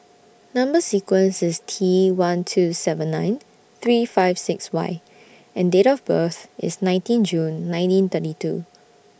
Number sequence IS T one two seven nine three five six Y and Date of birth IS nineteen June nineteen thirty two